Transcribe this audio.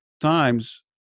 times